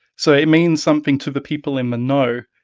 so it means something to the people in the know.